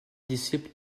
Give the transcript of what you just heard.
disciple